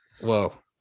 Whoa